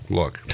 look